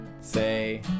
Say